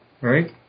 right